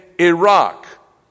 Iraq